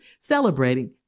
celebrating